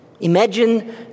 Imagine